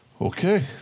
Okay